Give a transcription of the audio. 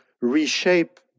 reshape